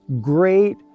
great